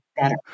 better